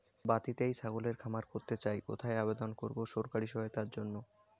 বাতিতেই ছাগলের খামার করতে চাই কোথায় আবেদন করব সরকারি সহায়তার জন্য?